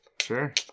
Sure